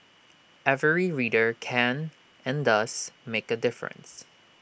every reader can and does make A difference